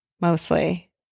mostly